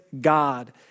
God